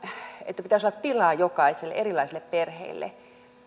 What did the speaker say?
että pitäisi olla tilaa jokaiselle erilaiselle perheelle